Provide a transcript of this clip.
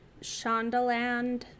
Shondaland